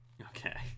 okay